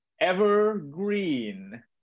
Evergreen